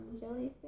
jellyfish